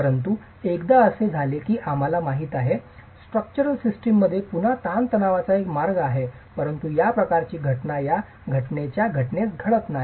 परंतु एकदा असे झाले की आम्हाला माहित आहे की स्ट्रक्चरल सिस्टम मध्ये पुन्हा ताणतणावाचा एक मार्ग आहे परंतु या प्रकारची घटना या घटनेच्या घटनेस घडत नाही